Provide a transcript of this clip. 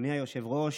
אדוני היושב-ראש,